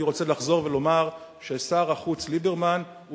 אני רוצה לחזור ולומר ששר החוץ ליברמן הוא